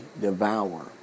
devour